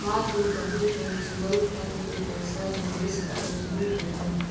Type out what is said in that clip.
का तू कभी म्यूचुअल फंड में पैसा निवेश कइलू हे